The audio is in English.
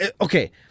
Okay